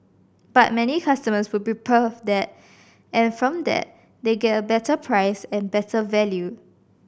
but many customers would prefer that and from that they get a better price and better value